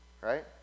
right